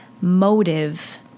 motive